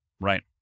Right